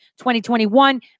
2021